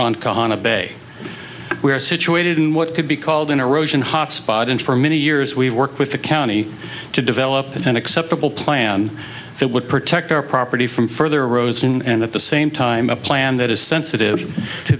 kahana bay we are situated in what could be called an erosion hotspot and for many years we worked with the county to develop an acceptable plan that would protect our property from further rosen and at the same time a plan that is sensitive to